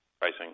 pricing